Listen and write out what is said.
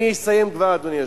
אני אסיים כבר, אדוני היושב-ראש.